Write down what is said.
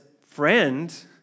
Friend